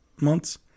months